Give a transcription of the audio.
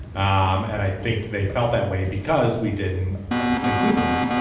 um and i think they felt that way because we didn't include them